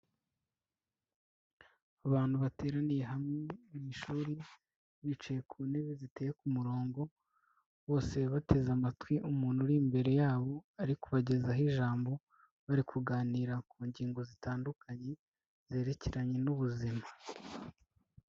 Abantu bateraniye hamwe mu ishuri, bicaye ku ntebe ziteye ku murongo, bose bateze amatwi umuntu uri imbere yabo, ari kubagezaho ijambo, bari kuganira ku ngingo zitandukanye zerekeranye n'ubuzima.